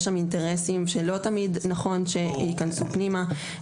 יש שם אינטרסים שלא תמיד נכון שייכנסו פנימה.